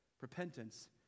Repentance